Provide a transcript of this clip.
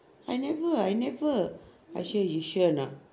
I never I never I say you sure or not